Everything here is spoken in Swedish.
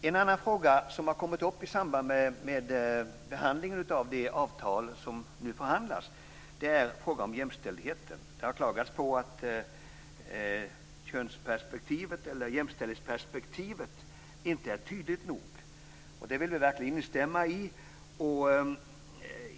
En annan fråga som har kommit upp i samband med behandlingen av det avtal som det nu förhandlas om är frågan om jämställdheten. Det har klagats på att köns eller jämställdhetsperspektivet inte är tydligt nog. Det vill vi verkligen instämma i.